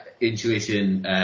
intuition